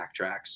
backtracks